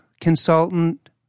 consultant